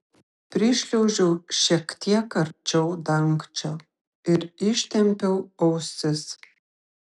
prišliaužiau šiek tiek arčiau dangčio ir ištempiau ausis